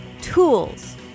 Tools